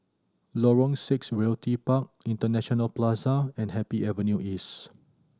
Lorong Six Realty Park International Plaza and Happy Avenue East